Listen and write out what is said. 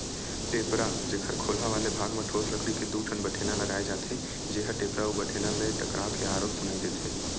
टेपरा, जेखर खोलहा वाले भाग म ठोस लकड़ी के दू ठन बठेना लगाय जाथे, जेहा टेपरा अउ बठेना ले टकरा के आरो सुनई देथे